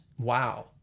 Wow